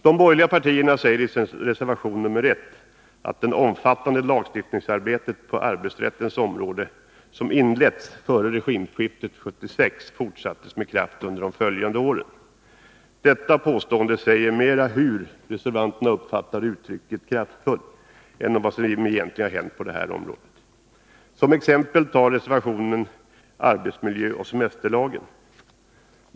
De borgerliga partierna säger i sin reservation 1: ”Det omfattande lagstiftningsarbete på arbetsrättens område som inleddes före regimskiftet 1976 fortsattes med kraft under de följande åren.” Detta påstående säger mera om hur reservanterna uppfattar uttrycket ”med kraft” än vad som egentligen har hänt på detta område. Som exempel nämns i reservationen arbetsmiljölagen och semesterlagen.